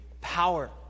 power